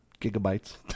gigabytes